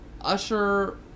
usher